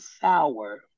sour